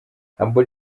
humble